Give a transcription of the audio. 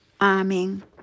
Amen